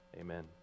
amen